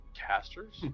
casters